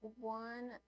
one